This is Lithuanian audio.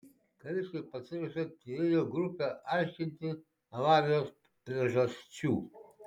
kariškiai pasiuntė tyrėjų grupę aiškinti avarijos priežasčių